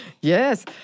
yes